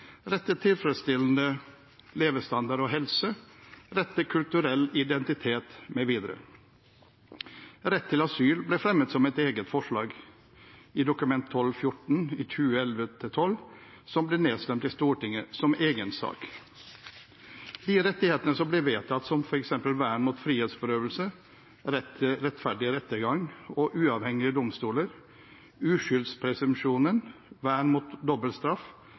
tilfredsstillende levestandard og helse, rett til kulturell identitet, mv. Rett til asyl ble fremmet som et eget forslag i Dokument 12:14 for 2011–2012, som ble nedstemt i Stortinget som egen sak. De rettighetene som ble vedtatt, som f.eks. vern mot frihetsberøvelse, rett til rettferdig rettergang og uavhengige domstoler, uskyldspresumsjonen, vern mot dobbeltstraff,